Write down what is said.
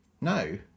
No